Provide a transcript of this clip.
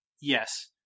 Yes